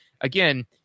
again